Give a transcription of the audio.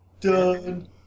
Done